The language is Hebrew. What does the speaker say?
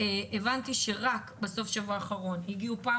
הבנתי שרק בסוף השבוע האחרון הגיעו פעם